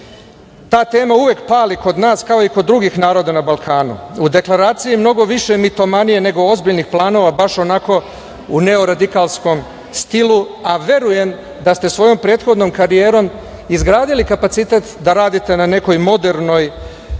ta tema pali kod nas, kao i kod drugih naroda na Balkanu, u deklaraciji mnogo više mitomanije nego ozbiljnih planova baš onako u neradikalskom stilu, a verujem da ste svojom prethodnom karijerom izgradili kapacitet da radite na nekoj modernoj